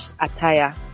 attire